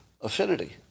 affinity